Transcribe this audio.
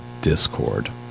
discord